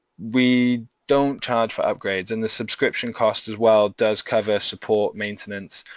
we don't charge for upgrades and the subscription cost as well does cover support, maintenance,